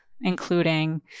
including